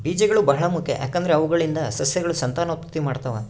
ಬೀಜಗಳು ಬಹಳ ಮುಖ್ಯ, ಯಾಕಂದ್ರೆ ಅವುಗಳಿಂದ ಸಸ್ಯಗಳು ಸಂತಾನೋತ್ಪತ್ತಿ ಮಾಡ್ತಾವ